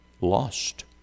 lost